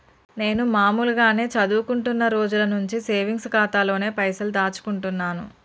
నేను మామూలుగానే చదువుకుంటున్న రోజుల నుంచి సేవింగ్స్ ఖాతాలోనే పైసలు దాచుకుంటున్నాను